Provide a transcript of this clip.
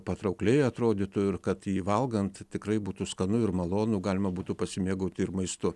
patraukliai atrodytų ir kad jį valgant tikrai būtų skanu ir malonu galima būtų pasimėgauti ir maistu